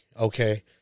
okay